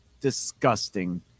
disgusting